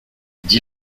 dix